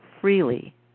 freely